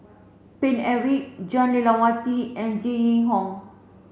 Paine Eric Jah Lelawati and Jenn Yee Hong